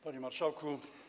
Panie Marszałku!